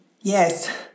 Yes